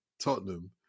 Tottenham